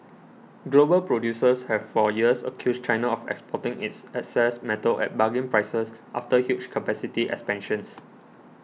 global producers have for years accused China of exporting its excess metal at bargain prices after huge capacity expansions